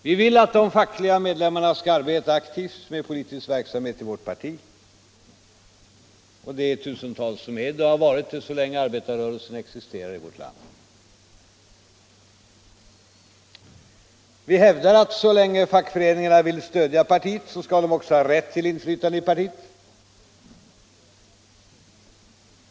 Vi vill att de fackliga medlemmarna skall arbeta aktivt med politisk verksamhet i vårt parti, och det är tusentals fackliga medlemmar som gjort det så länge arbetarrörelsen existerat i vårt land. Vi hävdar att så länge fackföreningarna vill stödja partiet skall de också ha rätt till inflytande i partiet.